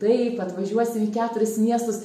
taip atvažiuosim į keturis miestus